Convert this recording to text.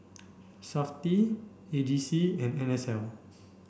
SAFTI A G C and N S L